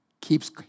keeps